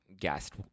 guest